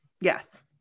yes